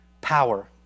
power